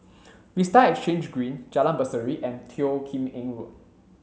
Vista Exhange Green Jalan Berseri and Teo Kim Eng Road